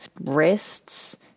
wrists